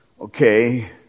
Okay